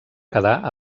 quedar